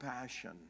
passion